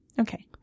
Okay